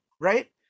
Right